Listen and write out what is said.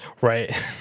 Right